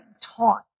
taught